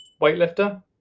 weightlifter